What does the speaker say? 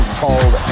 called